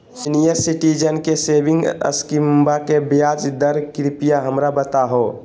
senior citizen के saving स्कीमवा के ब्याज दर कृपया हमरा बताहो